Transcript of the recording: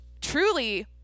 truly